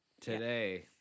today